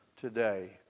today